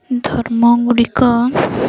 ଧର୍ମଗୁଡ଼ିକ